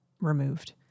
removed